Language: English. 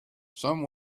some